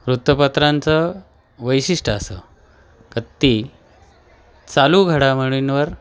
वृत्तपत्रांचं वैशिष्ट असं का ती चालू घडामोडींवर